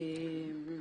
אוקיי.